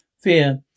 Fear